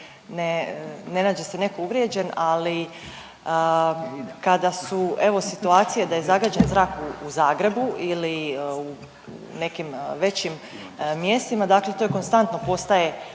ne nađe se netko uvrijeđen, ali kada su, evo, situacije da je zagađen zrak u Zagrebu ili u nekim većim mjestima, dakle to je konstantno postaje